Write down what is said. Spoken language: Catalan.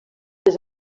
les